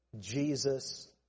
Jesus